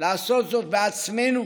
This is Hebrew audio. לעשות זאת בעצמנו